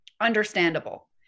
understandable